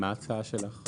מה ההצעה שלך?